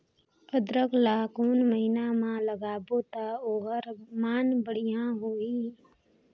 अदरक ला कोन महीना मा लगाबो ता ओहार मान बेडिया होही?